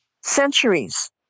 centuries